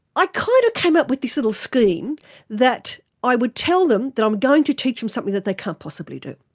i kind of came up with this little scheme that i would tell them that i'm going to teach them something that they can't possibly do.